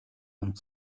хамт